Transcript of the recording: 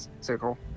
circle